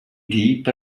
deep